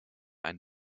ein